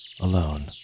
alone